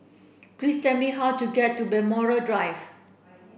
please said me how to get to Blackmore Drive